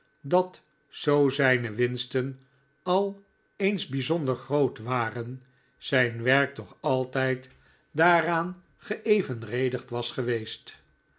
dat zoo zijne winsten al eens bijzonder groot waren zijn werk toch altijd daaraan geevenredigd was geweest